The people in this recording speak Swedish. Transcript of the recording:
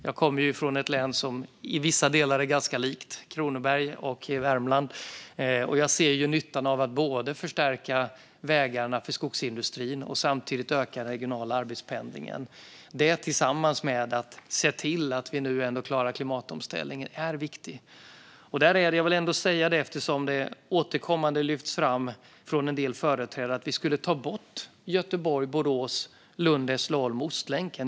Jag kommer från ett län som i vissa delar är likt Värmland, nämligen Kronoberg, och jag ser nyttan av att både förstärka vägarna för skogsindustrin och samtidigt öka den regionala arbetspendlingen. Det tillsammans med att se till att vi klarar klimatomställningen är viktigt. Det lyfts fram återkommande från en del företrädare att vi skulle avbryta satsningarna på Göteborg-Borås, Lund-Hässleholm och Ostlänken.